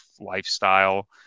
lifestyle